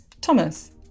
Thomas